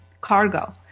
cargo